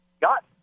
got